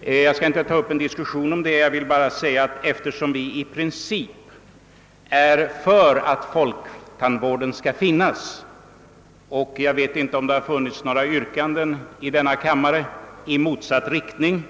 Jag skall emellertid inte ta upp en diskussion om detta utan vill endast framhålla, att eftersom vi i princip är för att folktandvården skall finnas — och några yrkanden i motsatt riktning har,